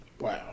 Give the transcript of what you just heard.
Wow